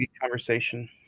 conversation